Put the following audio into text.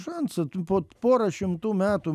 šansą po poros šimtų metų